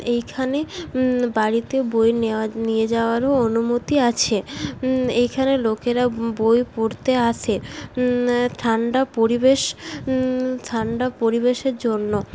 এইখানে বাড়িতে বই নেওয়া নিয়ে যাওয়ারও অনুমতি আছে এখানে লোকেরা বই পড়তে আসে ঠাণ্ডা পরিবেশ ঠাণ্ডা পরিবেশের জন্য